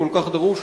והוא כל כך דרוש,